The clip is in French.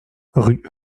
rue